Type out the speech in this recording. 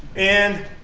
and